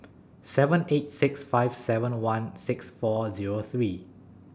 seven eight six five seven one six four Zero three